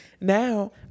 Now